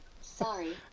Sorry